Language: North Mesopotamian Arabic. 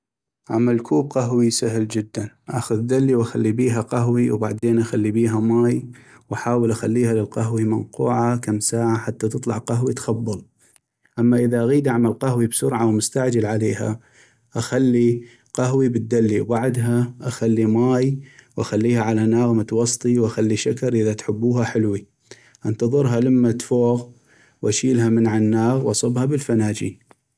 عمل كوب قهوي سهل جداً ، أخذ دلي واخلي بيها قهوي وبعدين اخلي بيها ماي واحاول اخليها للقهوي منقوعة كم ساعة حتى تطلع قهوي تخبل ، أما إذا اغيد اعمل قهوي بسرعة ومستعجل عليها ، اخلي قهوي بالدلي وبعدها اخلي ماي واخليها على ناغ متوسطي واخلي شكر اذا تحبوها حلوي ، انتظرها لما تفوغ واشيلها من عالناغ واصبها بالفناجين.